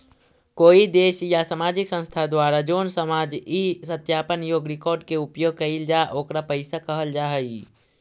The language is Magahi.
कोई देश या सामाजिक संस्था द्वारा जोन सामान इ सत्यापन योग्य रिकॉर्ड के उपयोग कईल जा ओकरा पईसा कहल जा हई